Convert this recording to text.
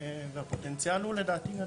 והפוטנציאל הוא לדעתי גדול.